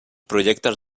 projectes